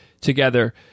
together